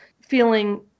feeling